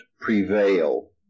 prevail